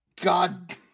god